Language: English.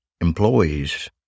employees